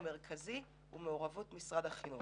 כשהמרכזי הוא מעורבות משרד החינוך.